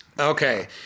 Okay